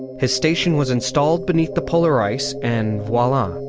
and his station was installed beneath the polar ice and voila,